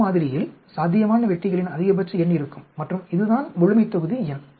ஒரு மாதிரியில் சாத்தியமான வெற்றிகளின் அதிகபட்ச எண் இருக்கும் மற்றும் இதுதான் முழுமைத்தொகுதி எண்